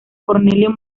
cornelio